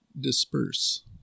disperse